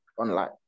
online